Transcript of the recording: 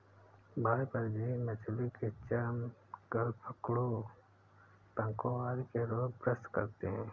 बाह्य परजीवी मछली के चर्म, गलफडों, पंखों आदि के रोग ग्रस्त करते है